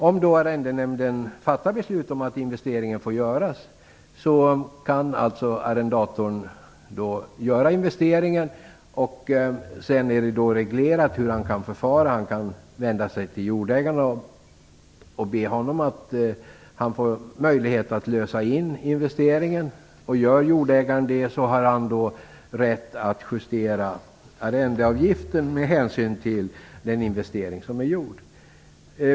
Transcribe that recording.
Om arrendenämnden då fattar beslut om att investeringen får göras kan arrendatorn alltså göra denna. Sedan är det reglerat hur han kan förfara. Han kan vända sig till jordägaren och be honom att få möjlighet att lösa in investeringen. Om jordägaren gör det har han rätt att justera arrendeavgiften med hänsyn till den investering som är gjord.